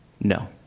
No